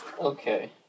Okay